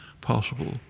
possible